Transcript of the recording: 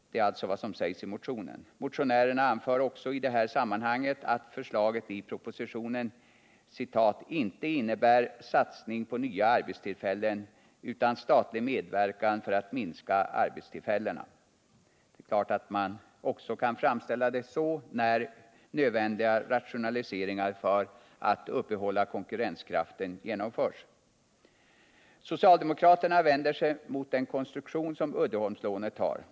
Detta är alltså vad som skrivs i motionen. Motionärerna anför i detta sammanhang att förslaget i propositionen ”inte innebär satsning på nya arbetstillfällen utan statlig medverkan för att minska arbetstillfällena”. Det är klart att man också kan framställa saken så när nödvändiga rationaliseringar för att uppehålla konkurrenskraften genomförs. Socialdemokraterna vänder sig mot Uddeholmslånets konstruktion.